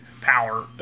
power